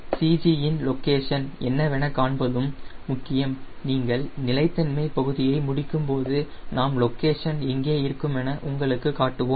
CG இன் location என்னவென காண்பதும் முக்கியம் நீங்கள் நிலைத்தன்மை பகுதியை முடிக்கும்போது நாம் CG லொகேஷன் எங்கே இருக்குமென உங்களுக்கு காட்டுவோம்